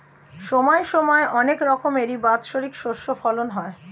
সময় সময় অনেক রকমের বাৎসরিক শস্য ফলন হয়